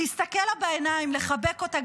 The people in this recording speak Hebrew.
להסתכל לה בעיניים, לחבק אותה.